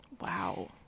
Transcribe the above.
wow